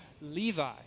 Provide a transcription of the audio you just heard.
Levi